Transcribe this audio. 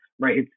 right